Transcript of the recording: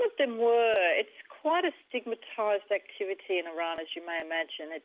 them were, it's quite a stigmatised activity in iran as you may imagine, ah